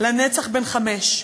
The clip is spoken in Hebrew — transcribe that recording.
לנצח בן חמש.